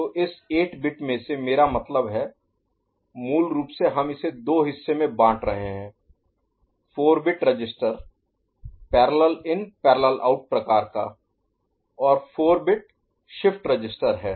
तो इस 8 बिट में से मेरा मतलब है मूल रूप से हम इसे दो हिस्से में बाँट रहे हैं 4 bit register parallel in parallel out प्रकार का और एक 4 बिट शिफ्ट रजिस्टर है